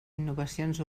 innovacions